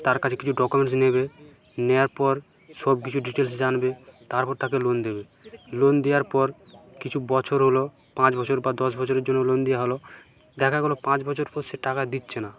তার কাছে কিছু ডকুমেন্টস নেবে নেওয়ার পর সবকিছু ডিটেলস জানবে তারপর তাকে লোন দেবে লোন দেওয়ার পর কিছু বছর হলো পাঁচ বছর বা দশ বছরের জন্য লোন দেওয়া হলো দেখা গেলো পাঁচ বছর পর সে টাকা দিচ্ছে না